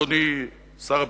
אדוני שר הביטחון?